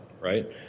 right